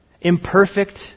Imperfect